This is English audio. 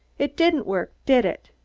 it didn't work, did it?